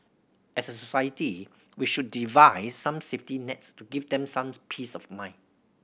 as a society we should devise some safety nets to give them some peace of mind